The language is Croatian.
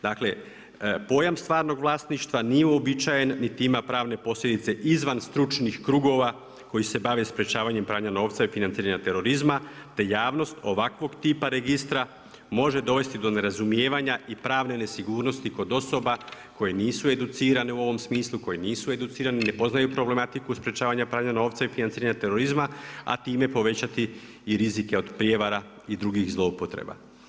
Dakle pojam stvarnog vlasništva nije uobičajen niti ima pravne posljedice izvan stručnih krugova koji se bave sprječavanjem pranja novca i financiranja terorizma te javnost ovakvog tipa registra može dovesti do nerazumijevanja i pravne nesigurnosti kod osoba koje nisu educirane u ovom smislu, koje nisu educirane, ne poznaju problematiku sprječavanja pranja novca i financiranja terorizma a time povećati i rizike od prijevara i drugih zloupotreba.